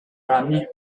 ronnie